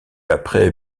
après